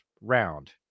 round